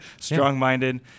strong-minded